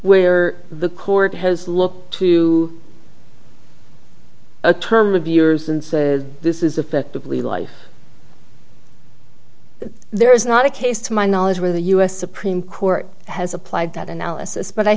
where the court has looked to a term of years and this is effectively life there is not a case to my knowledge where the u s supreme court has applied that analysis but i